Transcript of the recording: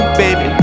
baby